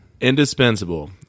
Indispensable